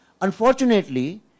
Unfortunately